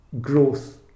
growth